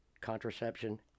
Contraception